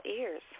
ears